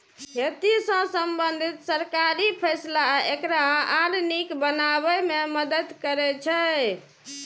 खेती सं संबंधित सरकारी फैसला एकरा आर नीक बनाबै मे मदति करै छै